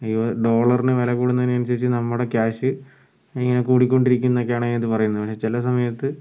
ഈ ഡോളറിന് വില കൂടുന്നതിന് അനുസരിച്ച് നമ്മുടെ ക്യാഷ് ഇങ്ങനെ കൂടിക്കൊണ്ടിരിക്കും എന്നൊക്കെയാണ് അതിനകത്ത് പറയുന്നത് പക്ഷേ ചില സമയത്ത്